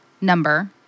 number